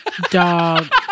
dog